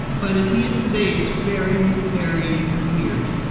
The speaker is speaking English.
but at the end of the day, it's very, very weird.